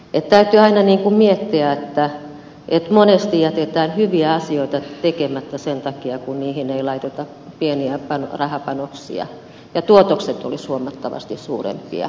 täytyy aina miettiä että monesti jätetään hyviä asioita tekemättä sen takia että niihin ei laiteta pieniä rahapanoksia ja tuotokset olisivat huomattavasti suurempia